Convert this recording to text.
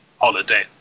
holiday